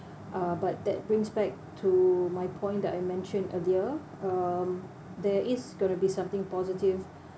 uh but that brings back to my point that I mentioned earlier um there is going to be something positive